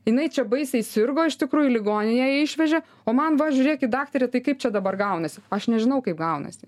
jinai čia baisiai sirgo iš tikrųjų į ligoninę ją išvežė o man va žiūrėkit daktare tai kaip čia dabar gaunasi aš nežinau kaip gaunasi